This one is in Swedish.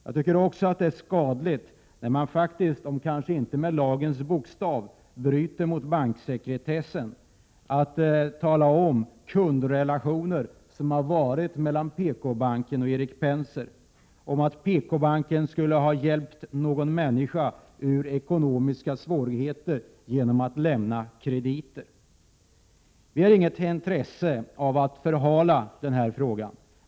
Det är också skadligt när man bryter mot banksekretessen, om än inte mot lagens bokstav, och avslöjar kundrelationer mellan PKbanken och Erik Penser och säger att PKbanken skulle ha hjälpt en person ur ekonomiska svårigheter genom att lämna krediter. Vi har inget intresse av att förhala denna fråga.